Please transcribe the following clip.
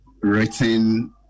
written